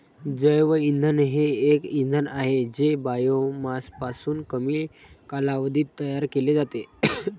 जैवइंधन हे एक इंधन आहे जे बायोमासपासून कमी कालावधीत तयार केले जाते